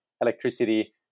electricity